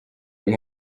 ari